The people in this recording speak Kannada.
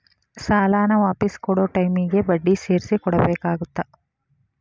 ಸಾಲಾನ ವಾಪಿಸ್ ಕೊಡೊ ಟೈಮಿಗಿ ಬಡ್ಡಿ ಸೇರ್ಸಿ ಕೊಡಬೇಕಾಗತ್ತಾ